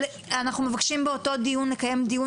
אנחנו מבקשים באותו דיון לקיים דיון